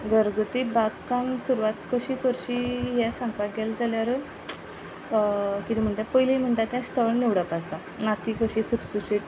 घरगुती बाग काम सुरवात कशी करची हे सांगपाक गेले जाल्यार कितें म्हणटा पयली म्हणटा तें स्थळ निवडप आसता माती कशी सुशसुशीत